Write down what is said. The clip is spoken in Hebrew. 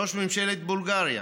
ראש ממשלה בולגריה